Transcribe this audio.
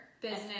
business